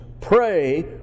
pray